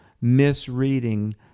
misreading